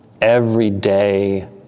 everyday